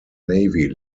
navy